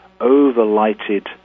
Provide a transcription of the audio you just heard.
over-lighted